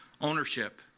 ownership